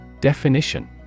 Definition